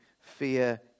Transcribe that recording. fear